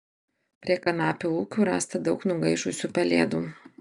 prie kanapių ūkių rasta daug nugaišusių pelėdų